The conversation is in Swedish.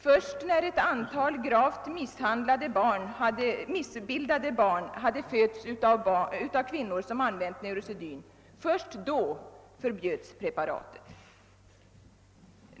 Först när ett antal gravt missbildade barn hade fötts av kvinnor som använt neurose dyn förbjöds preparatet.